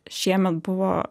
šiemet buvo